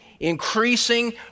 Increasing